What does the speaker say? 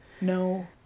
No